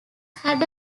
had